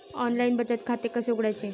Online बचत खाते कसे उघडायचे?